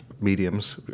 mediums